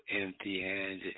empty-handed